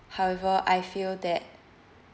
however I feel that